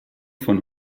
von